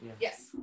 Yes